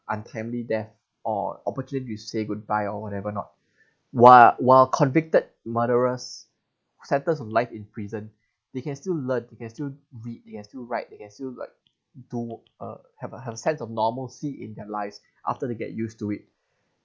untimely death or opportunity to say goodbye or whatever not while while convicted murderers sentence of life in prison they can still learn the can still read they can still write they can still like do wor~ uh have a have a sense of normalcy in their lives after they get used to it